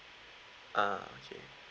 uh okay